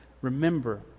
Remember